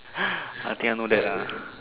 I think I know that lah